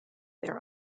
their